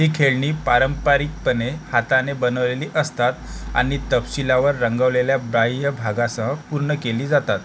ही खेळणी पारंपरिकपणे हाताने बनवलेली असतात आणि तपशीलवार रंगवलेल्या बाह्य भागांसह पूर्ण केली जातात